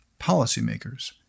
policymakers